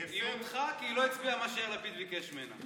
היא הודחה כי היא לא הצביעה כמו שיאיר לפיד ביקש ממנה.